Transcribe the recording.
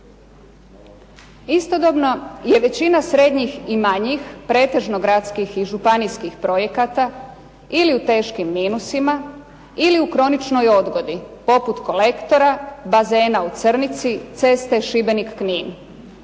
Istovremeno je većina srednjih i manjih, pretežno gradskih i županijskih projekata ili u teškim minusima ili u kroničnoj odgodi poput kolektora, bazena u Crnici, ceste Šibenik – Knin,